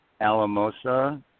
Alamosa